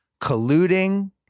colluding